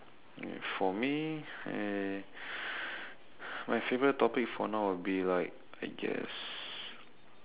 uh for me eh my favorite topic for now will be like I guess